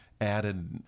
added